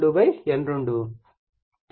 E1 N1 E2 N2